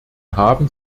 haben